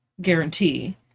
guarantee